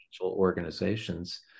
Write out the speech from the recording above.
organizations